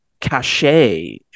cachet